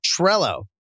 Trello